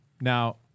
now